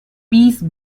peace